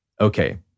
okay